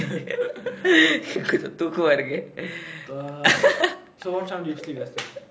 thuva so what time did you sleep yesterday